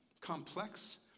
complex